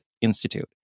Institute